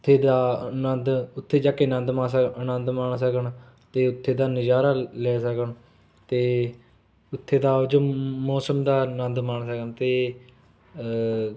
ਉੱਥੇ ਦਾ ਆਨੰਦ ਉੱਥੇ ਜਾ ਕੇ ਆਨੰਦ ਮਾ ਸਕ ਆਨੰਦ ਮਾਣ ਸਕਣ ਅਤੇ ਉੱਥੇ ਦਾ ਨਜ਼ਾਰਾ ਲ ਲੈ ਸਕਣ ਅਤੇ ਉੱਥੇ ਦਾ ਜੋ ਮੌਸਮ ਦਾ ਆਨੰਦ ਮਾਣ ਸਕਣ ਅਤੇ